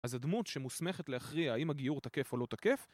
אז הדמות שמוסמכת להכריע האם הגיור תקף או לא תקף